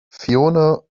fiona